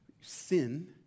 sin